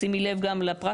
שימי לב רק לפרקטיקה,